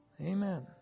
Amen